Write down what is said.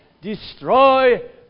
destroy